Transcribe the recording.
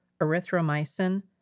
erythromycin